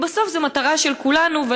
כי בסוף זו מטרה של כולנו,